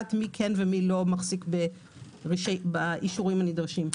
לדעת מי כן ומי לא מחזיק באישורים הנדרשים.